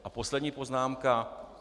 A poslední poznámka.